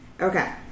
Okay